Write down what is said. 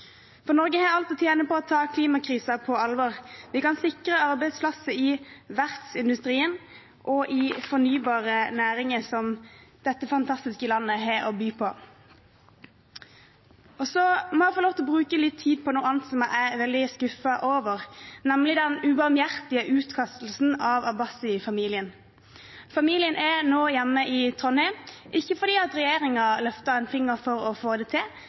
For Norge har alt å tjene på å ta klimakrisen på alvor. Vi kan sikre arbeidsplasser i verftsindustrien og i fornybare næringer som dette fantastiske landet har å by på. Så må jeg få lov til å bruke litt tid på noe annet som jeg er veldig skuffet over, nemlig den ubarmhjertige utkastelsen av Abbasi-familien. Familien er nå hjemme i Trondheim, ikke fordi regjeringen løftet en finger for å få det til,